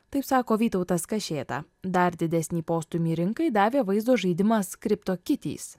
taip sako vytautas kašėta dar didesnį postūmį rinkai davė vaizdo žaidimas kripto kytys